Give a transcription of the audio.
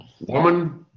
Woman